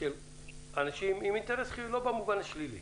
אנשים עם אינטרס לא במובן השלילי